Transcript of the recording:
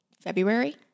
February